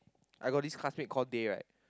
I got this classmate called Dhey right